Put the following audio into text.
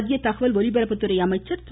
மத்திய தகவல் ஒலிரப்புத்துறை அமைச்சர் திரு